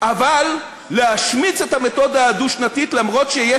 אבל להשמיץ את המתודה הדו-שנתית אף שיש